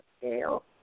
scale